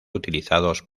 utilizados